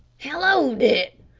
hallo, dick,